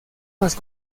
más